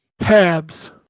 Tabs